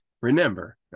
Remember